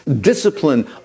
discipline